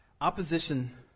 Opposition